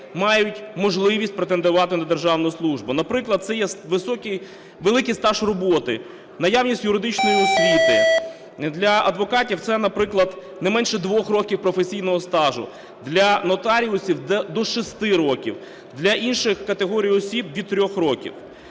мають можливість претендувати на державну службу. Наприклад, це є великий стаж роботи, наявність юридичної освіти. Для адвокатів це, наприклад, не менше 2 років професійного стажу, для нотаріусів – до 6 років, для інших категорій осіб – від 3 років.